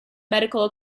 medical